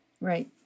Right